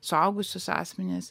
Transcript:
suaugusius asmenis